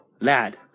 lad